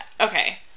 Okay